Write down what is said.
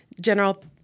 general